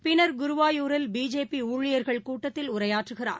பின்னர் குருவாயூரில் பிஜேபிஊழியர்கள் கூட்டத்தில் உரையாற்றுகிறார்